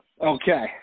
Okay